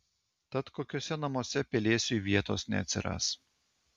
tad kokiuose namuose pelėsiui vietos neatsiras